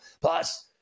Plus